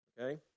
okay